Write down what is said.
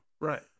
Right